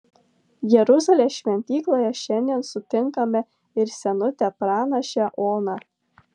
jeruzalės šventykloje šiandien sutinkame ir senutę pranašę oną